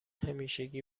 همیشگی